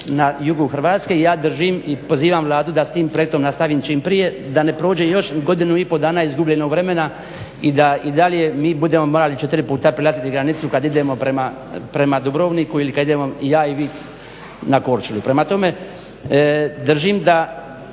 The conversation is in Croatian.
na jugu Hrvatske. I ja držim i pozivam Vladu da s tim projektom nastavi čim prije da ne prođe još godinu i pol dana izgubljenog vremena i da i dalje mi budemo morali 4 puta prelaziti granicu kad idemo prema Dubrovniku ili kad idemo i ja i vi na Korčulu. Prema tome, držim da